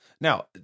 Now